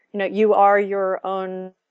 you know you are your own